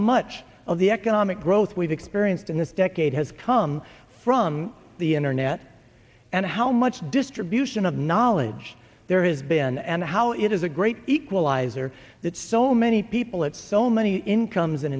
much of the economic growth we've experienced in this decade has come from the internet and how much distribution of knowledge there has been and how it is a great equalizer that so many people at so many incomes